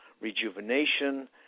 rejuvenation